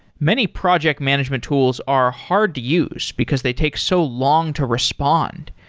many project management tools are hard to use because they take so long to respond,